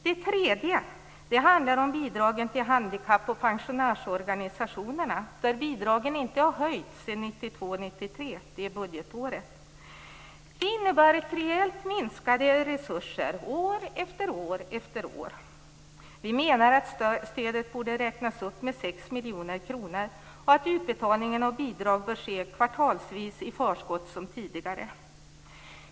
Det tredje handlar om bidragen till handikapp och pensionärsorganisationerna, där bidragen inte har höjts sedan budgetåret 1992/93. Det innebär reellt minskade resurser år efter år. Vi menar att stödet borde räknas upp med 6 miljoner kronor och att utbetalningen av bidrag bör ske kvartalsvis i förskott som tidigare.